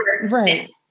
right